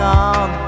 on